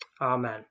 Amen